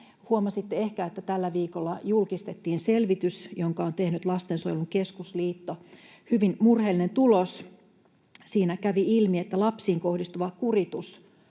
Huomasitte ehkä, että tällä viikolla julkistettiin selvitys, jonka on tehnyt Lastensuojelun Keskusliitto. Hyvin murheellinen tulos. Siinä kävi ilmi, että lapsiin kohdistuva